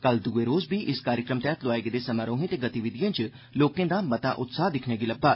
कल दुए रोज बी इस कार्यक्रम तैहत लोआए गेदे समारोहें ते गतिविधियें च लोकें दा मता उत्साह दिक्खने गी लब्बा